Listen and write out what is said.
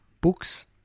books